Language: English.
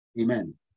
Amen